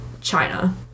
China